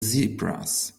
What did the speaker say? zebras